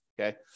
okay